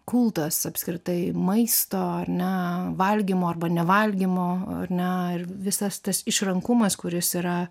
kultas apskritai maisto ar ne valgymo arba nevalgymo ar ne ir visas tas išrankumas kuris yra